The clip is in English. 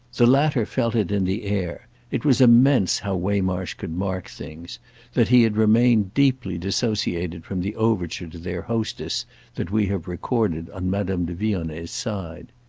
the latter felt it in the air it was immense how waymarsh could mark things that he had remained deeply dissociated from the overture to their hostess that we have recorded on madame de vionnet's side.